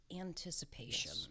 anticipation